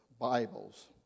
Bibles